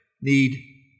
need